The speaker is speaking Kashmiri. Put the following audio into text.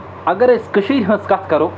اگر أسۍ کٔشیٖر ہٕنٛز کَتھ کَرو